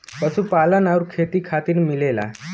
पशुपालन आउर खेती खातिर मिलेला